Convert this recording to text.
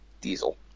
Diesel